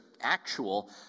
actual